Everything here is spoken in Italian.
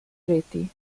reti